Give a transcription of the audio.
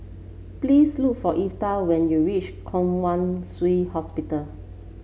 please look for Evertt when you reach Kwong Wai Shiu Hospital